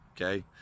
okay